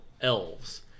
elves